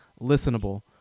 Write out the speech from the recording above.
listenable